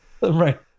Right